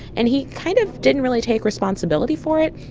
and he kind of didn't really take responsibility for it.